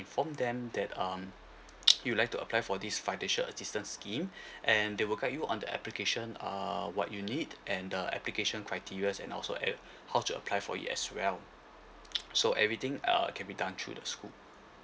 inform them that um you would like to apply for this financial assistance scheme and they will guide you on the application err what you need and the application criterias and also at how to apply for it as well so everything uh it can be done through the school